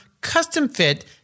custom-fit